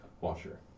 washer